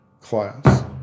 class